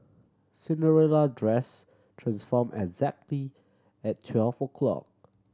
Cinderella dress transform exactly at twelve o'clock